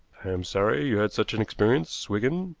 am sorry you had such an experience, wigan.